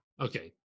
Okay